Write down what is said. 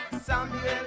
Samuel